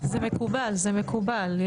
זה מקובל,